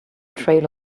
trail